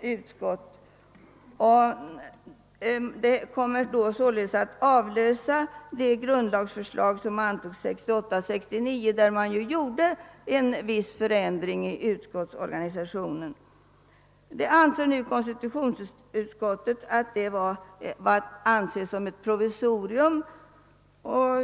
Detta förslag avlöser således det grundlagsförslag som antogs 1968 och 1969, där man vidtog vissa förändringar i utskottsorganisationen. <Konstitutionsutskottet anser nu att den då beslutade organisationen var att anse som ett provisorium och